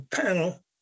panel